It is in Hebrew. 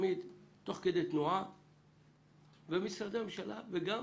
תמיד תוך כדי תנועה ומשרדי הממשלה, וגם